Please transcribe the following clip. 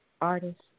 artist